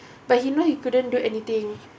but he knew he couldn't do anything